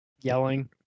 yelling